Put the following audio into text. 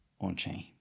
on-chain